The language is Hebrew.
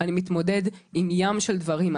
אני מתמודד עם ים של דברים,